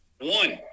One